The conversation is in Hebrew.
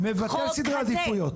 חבר'ה, כסף צבוע מבטל סדרי עדיפויות.